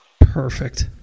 Perfect